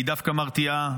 דווקא מרתיעה,